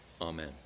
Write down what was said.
Amen